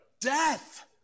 Death